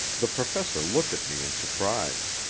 the professor looked at me in surprise.